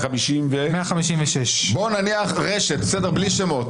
156. בלי שמות,